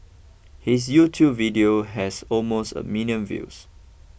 his YouTube video has almost a million views